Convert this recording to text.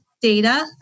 data